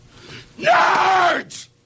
Nerds